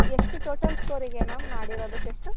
ಎಷ್ಟು ಟೋಟಲ್ ಸ್ಕೋರಿಗೆ ಮ್ಯಾಮ್ ಮಾಡಿರೋದು ಟೆಸ್ಟು